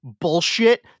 bullshit